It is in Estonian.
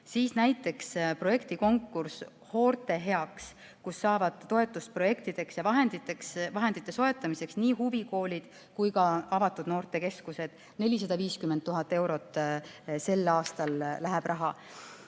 Siis näiteks projektikonkurss "Noorte heaks", mille raames saavad toetust projektideks ja vahendite soetamiseks nii huvikoolid kui ka avatud noortekeskused. 450 000 eurot on sel aastal selleks